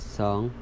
song